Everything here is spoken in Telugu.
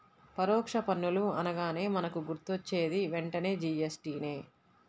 పరోక్ష పన్నులు అనగానే మనకు గుర్తొచ్చేది వెంటనే జీ.ఎస్.టి నే